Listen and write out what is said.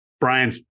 brian's